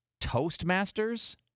Toastmasters